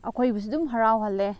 ꯑꯩꯈꯣꯏꯕꯨꯁꯨ ꯑꯗꯨꯝ ꯍꯔꯥꯎꯍꯜꯂꯦ